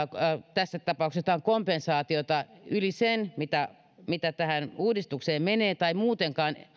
tässä tapauksessa jotain kompensaatiota yli sen mitä mitä tähän uudistukseen menee eikä muutenkaan